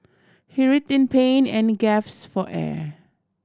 he writhed in pain and gaps for air